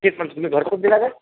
तेच म्हणतो तुम्ही घरपोच देता काय